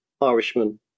Irishman